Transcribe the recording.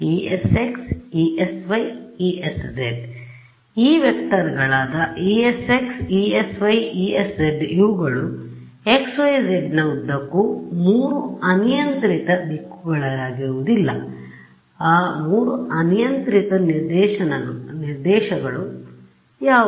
ಆದ್ದರಿಂದಈ vector ಗಳಾದ Esx Esy Esz ಇವುಗಳು xˆ yˆ zˆ ನ ಉದ್ದಕ್ಕೂ 3 ಅನಿಯಂತ್ರಿತ ದಿಕ್ಕುಗಳಾಗಿರುವುದಿಲ್ಲ ಆ 3 ಅನಿಯಂತ್ರಿತ ನಿರ್ದೇಶನಗಳು ಯಾವುವು